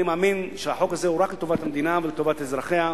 אני מאמין שהחוק הזה הוא רק לטובת המדינה ולטובת אזרחיה,